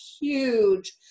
huge